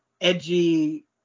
edgy